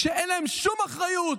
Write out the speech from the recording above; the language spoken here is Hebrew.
כשאין להם שום אחריות.